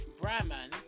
Brahman